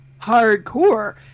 hardcore